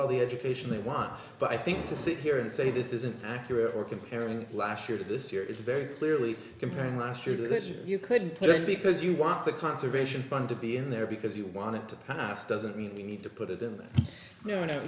all the education they want but i think to sit here and say this isn't accurate or comparing last year to this year is very clearly comparing last year which you couldn't predict because you want the conservation fund to be in there because you want it to pass doesn't mean you need to put it in